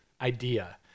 idea